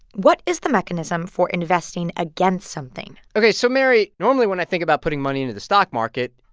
what is the mechanism for investing against something? ok, so mary, normally, when i think about putting money into the stock market,